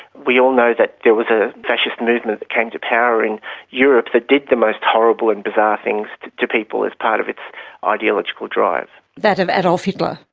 we all know that there was a fascist movement that came to power in europe that did the most horrible and bizarre things to people as part of its ideological drive. that of adolf hitler?